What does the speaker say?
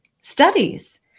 studies